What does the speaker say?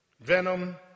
venom